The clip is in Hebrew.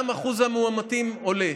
גם אחוז המאומתים עולה.